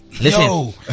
listen